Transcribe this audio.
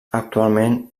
actualment